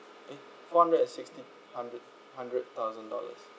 eh four hundred and sixty hundred hundred thousand dollars